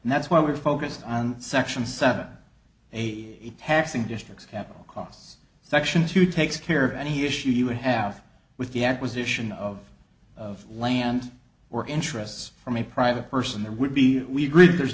and that's why we're focused on section seven eight taxing districts capital costs section two takes care of any issue you have with the acquisition of of land or interests from a private person there would be we agreed there